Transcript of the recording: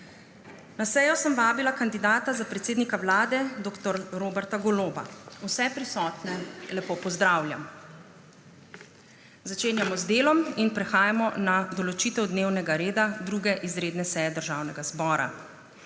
Na sejo sem vabila kandidata za predsednika Vlade dr. Roberta Goloba. Vse prisotne lepo pozdravljam! Začenjamo z delom in prehajamo na določitev dnevnega reda 2. izredne seje Državnega zbora.